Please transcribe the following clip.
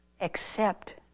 accept